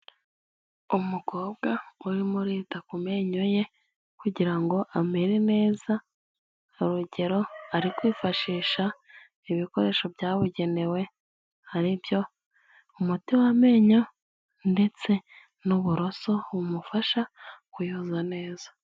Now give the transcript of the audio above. Umukobwa urimo urita ku menyo ye kugira ngo amere neza, urugero ari kwifashisha ibikoresho byabugenewe, aribyo umuti w'amenyo ndetse n'uburoso bumufasha kuyoza neza.